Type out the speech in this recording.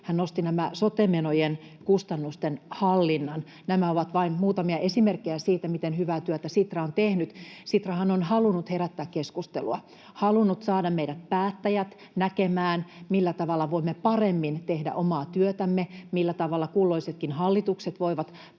— nosti sote-menojen kustannusten hallinnan. Nämä ovat vain muutamia esimerkkejä siitä, miten hyvää työtä Sitra on tehnyt. Sitrahan on halunnut herättää keskustelua, halunnut saada meidät päättäjät näkemään, millä tavalla voimme paremmin tehdä omaa työtämme ja millä tavalla kulloisetkin hallitukset voivat